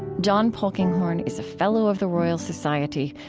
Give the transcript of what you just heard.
john polkinghorne is a fellow of the royal society,